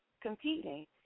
competing